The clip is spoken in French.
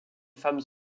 femmes